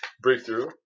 breakthrough